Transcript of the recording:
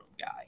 guy